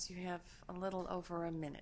you have a little over a minute